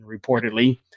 reportedly